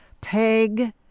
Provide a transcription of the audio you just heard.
peg